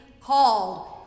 called